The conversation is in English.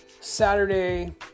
Saturday